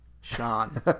Sean